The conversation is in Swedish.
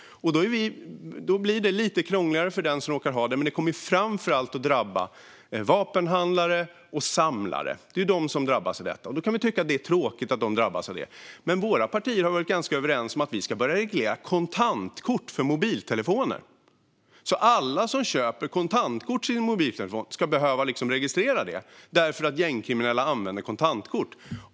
Då blir det lite krångligare för den som råkar ha det. Men det kommer framför allt att drabba vapenhandlare och samlare; det är de som drabbas av detta. Vi kan tycka att det är tråkigt att de drabbas av det, men våra partier har varit ganska överens om att vi ska börja reglera kontantkort för mobiltelefoner. Alla som köper ett kontantkort till sin mobiltelefon ska behöva registrera det eftersom gängkriminella använder kontantkort.